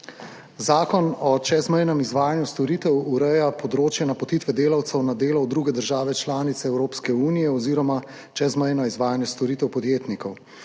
Zakon o čezmejnem izvajanju storitev ureja področje napotitve delavcev na delo v druge države članice Evropske unije oziroma čezmejno izvajanje storitev podjetnikov.